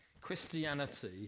Christianity